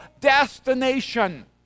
destination